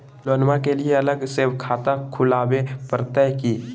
लोनमा के लिए अलग से खाता खुवाबे प्रतय की?